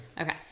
Okay